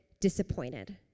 disappointed